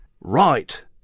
Right